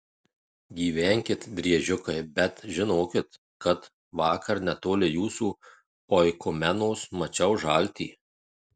gyvenkit driežiukai bet žinokit kad vakar netoli jūsų oikumenos mačiau žaltį